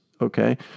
Okay